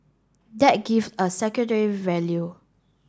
that it give a value